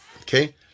Okay